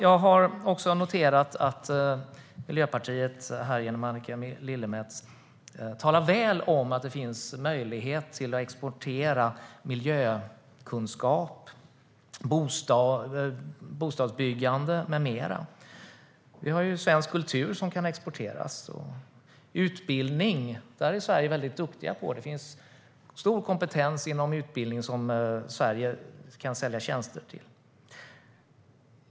Jag har noterat att Miljöpartiet, här genom Annika Lillemets, talar väl om att det finns möjlighet att exportera kunskap om miljö, bostadsbyggande med mera. Vi har svensk kultur som kan exporteras. Sverige är väldigt duktigt på utbildning. Det finns stor kompetens inom utbildning där Sverige kan sälja tjänster.